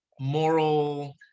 moral